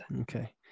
okay